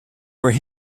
were